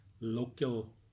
local